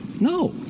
No